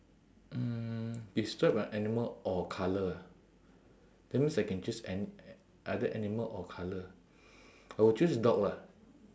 mm describe a animal or colour that means I can choose ani~ either animal or colour I will choose dog lah